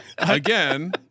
Again